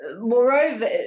moreover